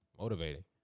motivating